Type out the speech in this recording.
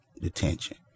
detention